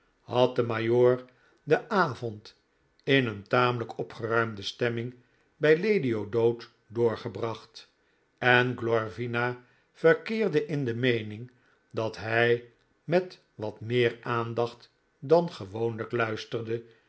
majoor den avond in een tamelijk opgeruimde stemming bij lady o'dowd doorgebracht en glorvina verkeerde in de meening dat hij met wat meer aandacht dan gewooalijk luisterde